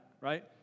right